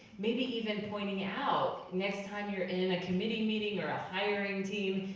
maybe even pointing out, next time you're in a committee meeting or a hiring team,